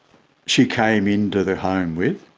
she came in to the home with,